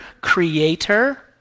creator